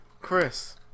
Chris